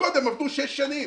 שקודם עבדו שש שנים.